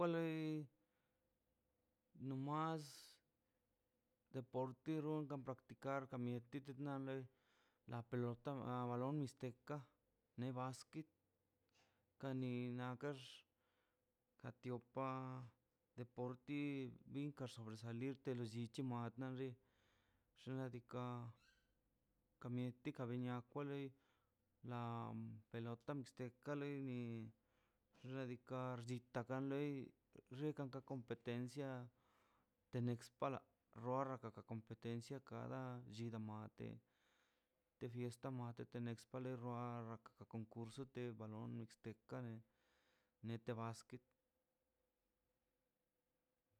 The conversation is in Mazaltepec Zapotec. Wa loi no mas de porkirongan practicar tamir tutina loi la pelota a wa loi o mixteca ne basquet kani negax ka tiopa deporti binka salir de lo llichi mat anxi xladika la mieti kabia kwa loi la pelota mixteca ka loi en xladika xchitakale xegaka competencia tenex palo roi paraka competencia cada llima nate de fiesta telak te rua raka concurso te balon mixteca nete basquet